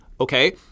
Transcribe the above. okay